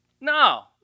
No